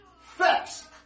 Facts